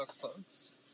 folks